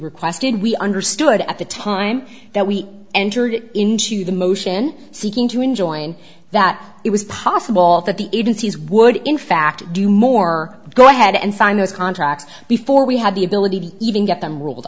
requested we understood at the time that we entered into the motion seeking to enjoin that it was possible that the agencies would in fact do more go ahead and sign those contracts before we had the ability to even get them ruled